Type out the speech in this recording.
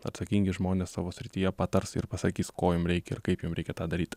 atsakingi žmonės savo srityje patars ir pasakys ko jum reikia ir kaip jum reikia tą daryt